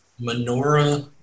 menorah